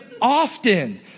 often